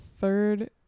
third –